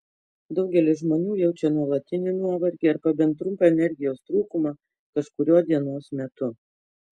daugelis žmonių jaučia nuolatinį nuovargį arba bent trumpą energijos trūkumą kažkuriuo dienos metu